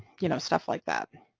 you know, stuff like that.